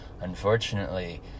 unfortunately